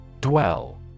Dwell